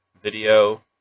video